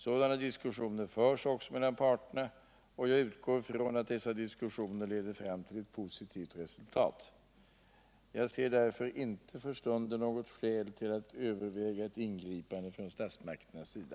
Sådana diskussioner förs också mellan parterna och jag utgår från att dessa diskussioner leder fram till ett positivt resultat. Jag ser därför inte för stunden något skäl till att överväga ett ingripande från statsmakternas sida.